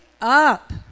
up